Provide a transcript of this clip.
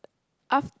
af~